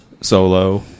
solo